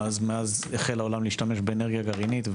מאז החל העולם להשתמש באנרגיה גרעינית,